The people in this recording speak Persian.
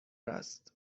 است